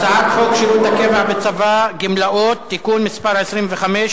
הצעת חוק שירות הקבע (גמלאות) (תיקון מס' 25),